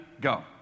go